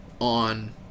on